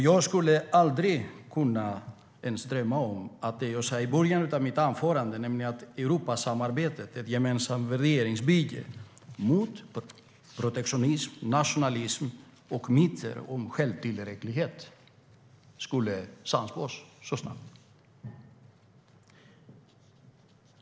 Jag hade aldrig ens kunnat drömma om att det jag sa i början av mitt anförande om Europasamarbetet som ett gemensamt värderingsbygge mot protektionism, nationalism och myter om självtillräcklighet skulle sannspås så snabbt.